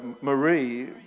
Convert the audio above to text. Marie